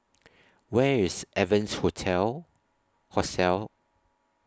Where IS Evans Hostel